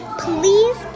Please